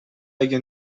اگه